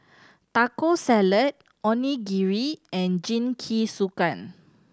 Taco Salad Onigiri and Jingisukan